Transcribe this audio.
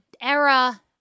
era